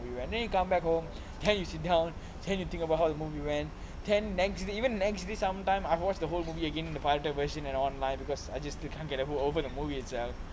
movie then you come back home can you sit down then you think about how the movie went then next you even next day sometime I've watched the whole movie again the pirated version and online because I just still can't get over the movie itself